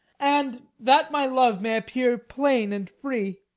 and, that my love may appear plain and free,